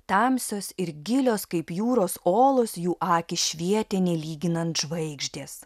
tamsios ir gilios kaip jūros olos jų akys švietė nelyginant žvaigždės